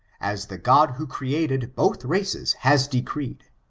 as the god who created both races has decreed,